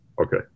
Okay